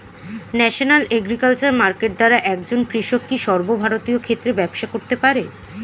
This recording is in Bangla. ন্যাশনাল এগ্রিকালচার মার্কেট দ্বারা একজন কৃষক কি সর্বভারতীয় ক্ষেত্রে ব্যবসা করতে পারে?